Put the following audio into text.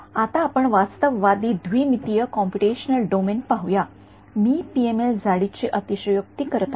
आता आपण वास्तववादी द्विमितीय कॉम्पुटेशनल डोमेन पाहूया मी पीएमएल जाडी ची अतिशयोक्ती करत आहे